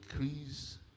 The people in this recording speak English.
increase